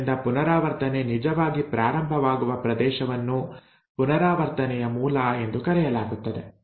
ಆದ್ದರಿಂದ ಪುನರಾವರ್ತನೆ ನಿಜವಾಗಿ ಪ್ರಾರಂಭವಾಗುವ ಪ್ರದೇಶವನ್ನು ಪುನರಾವರ್ತನೆಯ ಮೂಲ ಎಂದು ಕರೆಯಲಾಗುತ್ತದೆ